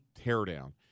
teardown